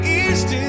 east